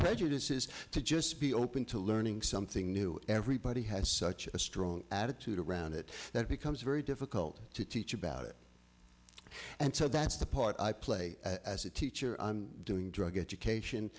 prejudices to just be open to learning something new everybody has such a strong attitude around it that becomes very difficult to teach about it and so that's the part i play as a teacher doing drug education